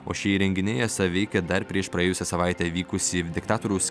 o šie įrenginiai esą veikė dar prieš praėjusią savaitę vykusį diktatoriaus